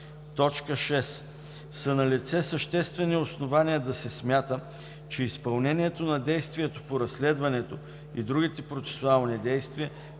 6. са налице съществени основания да се смята, че изпълнението на действието по разследването и другите процесуални действия